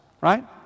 Right